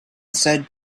said